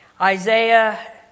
Isaiah